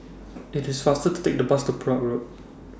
IT IS faster to Take The Bus to Perak Road